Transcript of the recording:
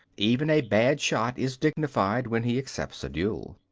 even a bad shot is dignified when he accepts a duel.